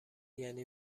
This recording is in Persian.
یعنی